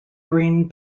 green